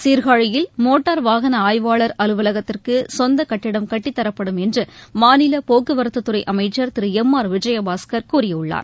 சீர்காழியில் மோட்டார் வாகன ஆய்வாளர் அலுவலகத்திற்கு சொந்த கட்டிடம் கட்டித்தாப்படும் என்று மாநில போக்குவரத்துத்துறை அமைச்சர் திரு எம் ஆர் விஜயபாஸ்கர் கூறியுள்ளார்